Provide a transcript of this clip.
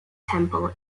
temple